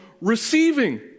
receiving